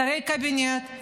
שרי הקבינט,